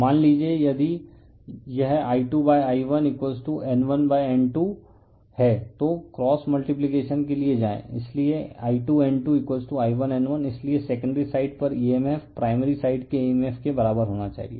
refer slide time 1141 मान लीजिए यदि यह I2I1N1N2 है तो क्रॉस मल्टीप्लीकेशन के लिए जाएं इसलिए I2N2I1N1 इसलिए सेकेंडरी साइड पर emf प्राइमरी साइड के emf के बराबर होना चाहिए